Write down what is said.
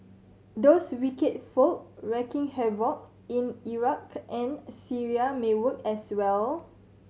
those wicked folk wreaking havoc in Iraq and Syria may work as well